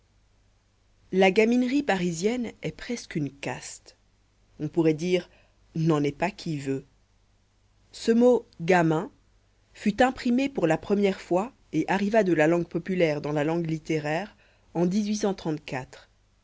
la gaminerie parisienne est presque une caste on pourrait dire n'en est pas qui veut ce mot gamin fut imprimé pour la première fois et arriva de la langue populaire dans la langue littéraire en